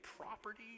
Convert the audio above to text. property